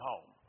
home